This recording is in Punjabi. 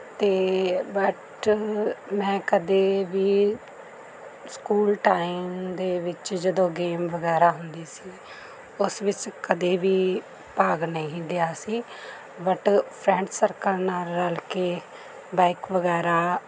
ਅਤੇ ਬਟ ਮੈਂ ਕਦੇ ਵੀ ਸਕੂਲ ਟਾਈਮ ਦੇ ਵਿੱਚ ਜਦੋਂ ਗੇਮ ਵਗੈਰਾ ਹੁੰਦੀ ਸੀ ਉਸ ਵਿੱਚ ਕਦੇ ਵੀ ਭਾਗ ਨਹੀਂ ਲਿਆ ਸੀ ਬਟ ਫਰੈਂਡ ਸਰਕਲ ਨਾਲ ਰਲ ਕੇ ਬਾਇਕ ਵਗੈਰਾ